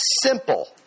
simple